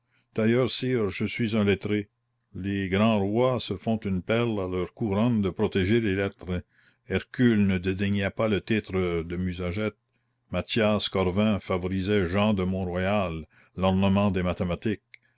d'ailleurs sire je suis un lettré les grands rois se font une perle à leur couronne de protéger les lettres hercules ne dédaignait pas le titre de musagetes mathias corvin favorisait jean de monroyal l'ornement des mathématiques